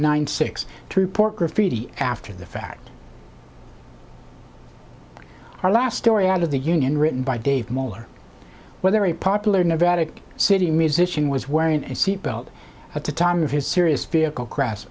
nine six to report graffiti after the fact our last story out of the union written by dave mohler whether a popular nevada city musician was wearing a seatbelt at the time of his serious vehicle cras